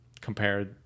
compare